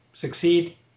Succeed